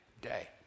day